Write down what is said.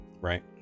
Right